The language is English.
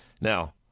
Now